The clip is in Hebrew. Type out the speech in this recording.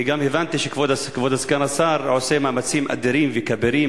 אני גם הבנתי שכבוד סגן השר עושה מאמצים אדירים וכבירים,